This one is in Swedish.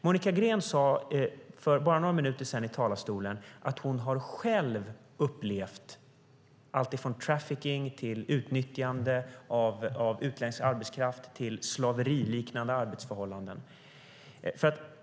Monica Green sade för bara några minuter sedan i talarstolen att hon själv har upplevt alltifrån trafficking, utnyttjande av utländsk arbetskraft till slaveriliknande arbetsförhållanden.